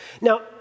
Now